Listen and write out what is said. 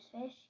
fish